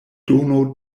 dono